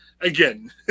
Again